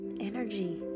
energy